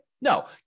No